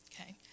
Okay